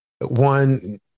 One